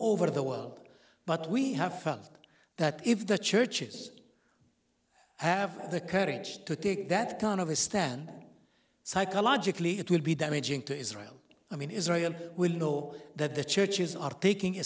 over the world but we have felt that if the church is have the courage to take that kind of a stand psychologically it would be damaging to israel i mean israel will know that the churches are taking